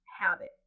habit